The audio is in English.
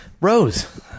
Rose